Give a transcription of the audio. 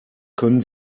können